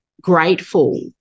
grateful